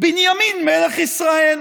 בנימין מלך ישראל.